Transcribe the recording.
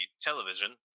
television